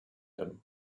him